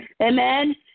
amen